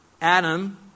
Adam